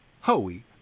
Hoey